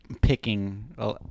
picking